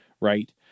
right